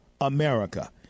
America